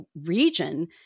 region